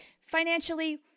Financially